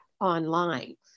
online